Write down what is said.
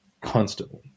Constantly